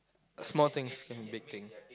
small things big things